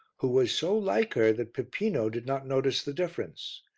who was so like her that pipino did not notice the difference.